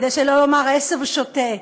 שלא לומר עשב שוטה.